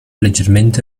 leggermente